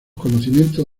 conocimientos